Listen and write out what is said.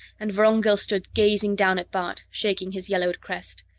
and vorongil stood gazing down at bart, shaking his yellowed crest.